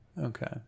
Okay